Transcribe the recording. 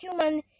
human